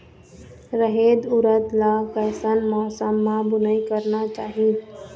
रहेर उरद ला कैसन मौसम मा बुनई करना चाही?